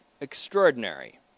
extraordinary